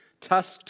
tusked